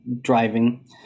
driving